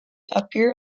appear